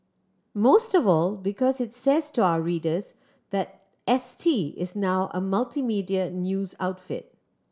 most of all because it says to our readers that S T is now a multimedia news outfit